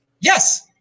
Yes